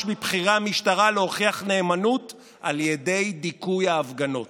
מבכירי המשטרה להוכיח נאמנות על ידי דיכוי ההפגנות.